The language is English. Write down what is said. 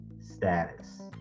status